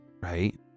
right